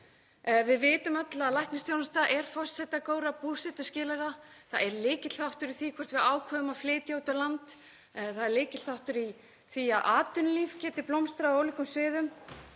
Við vitum öll að læknisþjónusta er forsenda góðra búsetuskilyrða. Hún er lykilþáttur í því hvort við ákveðum að flytja út á land. Hún er lykilþáttur í því að atvinnulíf geti blómstrað á ólíkum sviðum.